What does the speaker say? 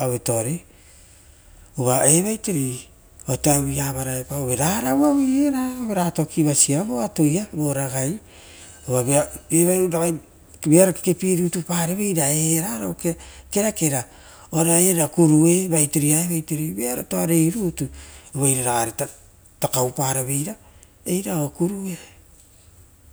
auetoare uva evaitere otae vavaia auaraepa ra rauava era ratoki vasia vo atoa uva ragai vearo keke pierutuparevera era, kerakera ora era kurue vaiterei aevaitere uva eiraragare takaupara veira eira o kurue.